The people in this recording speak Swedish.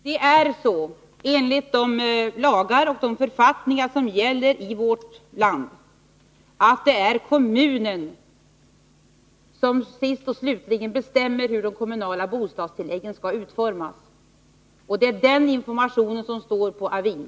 Herr talman! Sture Ericson! Det är så enligt de lagar och författningar som gäller i vårt land att det är kommunen som sist och slutligen bestämmer hur de kommunala bostadstilläggen skall utformas. Det är den informationen som står på avin.